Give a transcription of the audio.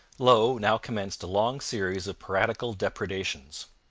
low now commenced a long series of piratical depredations.